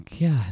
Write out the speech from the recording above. God